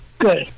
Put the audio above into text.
Good